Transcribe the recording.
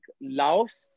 Laos